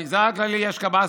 במגזר הכללי יש קב"סים,